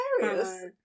hilarious